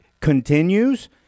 continues